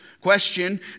question